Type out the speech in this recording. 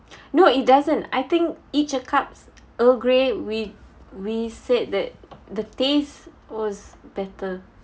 no it doesn't I think Each A Cup's earl grey we we said that the taste was better